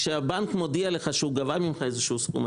כשהבנק מודיע לך שהוא גבה ממך איזשהו סכום,